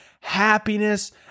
happiness